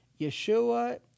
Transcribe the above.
Yeshua